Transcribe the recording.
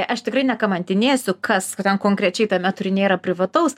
aš tikrai nekamantinėsiu kas ten konkrečiai tame turinyje yra privataus